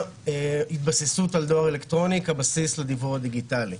ההתבססות על דואר אלקטרוני כבסיס לדיוור הדיגיטלי.